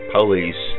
Police